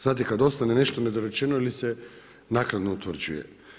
Znate kada ostane nešto nedorečeno ili se naknadno utvrđuje.